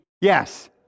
Yes